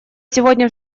сегодня